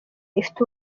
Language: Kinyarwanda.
ifite